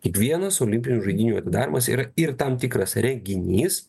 kiekvienas olimpinių žaidynių atidarymas yra ir tam tikras reginys